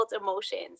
emotions